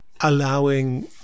allowing